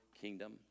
kingdom